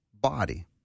body